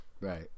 Right